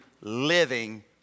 living